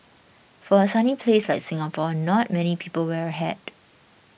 for a sunny place like Singapore not many people wear a hat